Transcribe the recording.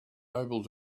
able